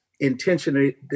intentionally